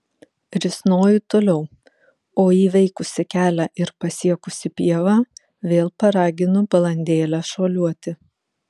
risnoju toliau o įveikusi kelią ir pasiekusi pievą vėl paraginu balandėlę šuoliuoti